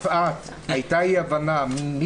חברים, תודה רבה לך, אני